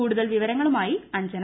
കൂടുതൽ വിവരങ്ങളുമായി അഞ്ജന